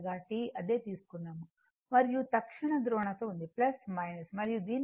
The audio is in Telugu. అదే తీసుకున్నాము మరియు తక్షణ ధ్రువణత ఉంది మరియు దీని అర్థం అంటేIC dqdt